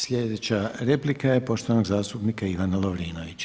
Sljedeća replika je poštovanog zastupnika Ivana Lovrinovića.